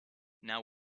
now